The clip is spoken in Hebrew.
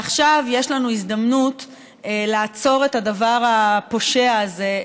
עכשיו יש לנו הזדמנות לעצור את הדבר הפושע הזה,